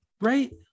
Right